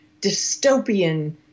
dystopian